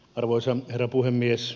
arvoisa herra puhemies